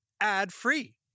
ad-free